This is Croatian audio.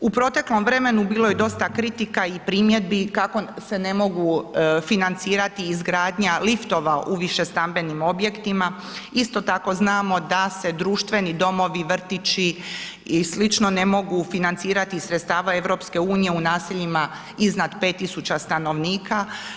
U proteklom vremenu bilo je dosta kritika i primjedbi kako se ne mogu financirati izgradnja liftova u više stambenim objektima, isto tako znamo da se društveni domovi, vrtići i sl., ne mogu financirati iz sredstava EU u naseljima iznad 5000 stanovnika.